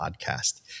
Podcast